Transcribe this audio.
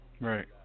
Right